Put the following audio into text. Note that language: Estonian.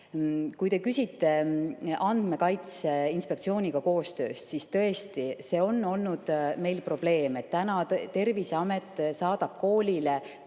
Kui te küsite Andmekaitse Inspektsiooniga koostööst, siis tõesti, see on olnud probleem, et Terviseamet saadab koolile